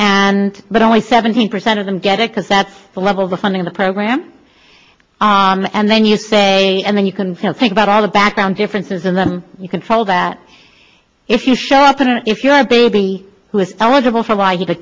and but only seventeen percent of them get it because that's the level of the funding the program and then you say and then you can think about all the background differences and then you control that if you show up and if you're a baby who is eligible for why he's a